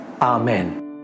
Amen